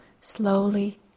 slowly